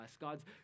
God's